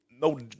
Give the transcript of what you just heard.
No